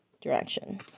direction